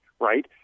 right